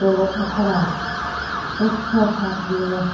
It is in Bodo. दलद थाथारा दुस्तथार बियो